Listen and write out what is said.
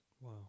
Wow